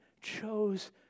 chose